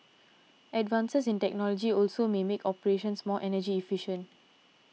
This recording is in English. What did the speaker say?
advances in technology also may make operations more energy efficient